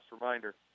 reminder